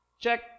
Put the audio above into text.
Check